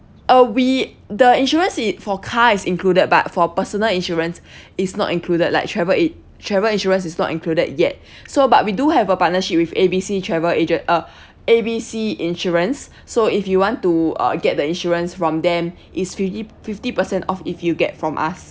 uh we the insurance it for car is included but for personal insurance is not included like travel in~ travel insurance is not included yet so but we do have a partnership with A B C travel agent uh A B C insurance so if you want to uh get the insurance from them is fifty fifty percent off if you get from us